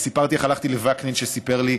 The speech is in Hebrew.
וסיפרתי איך הלכתי לווקנין, שסיפר לי,